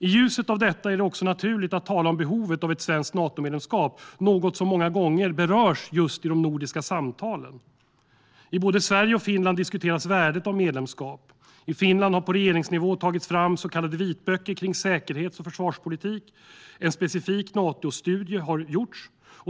I ljuset av detta är det också naturligt att tala om behovet av ett svenskt Natomedlemskap, något som många gånger berörs just i de nordiska samtalen. I både Sverige och Finland diskuteras värdet av medlemskap. I Finland har på regeringsnivå tagits fram så kallade vitböcker kring säkerhets och försvarspolitik. En specifik Natostudie har gjorts.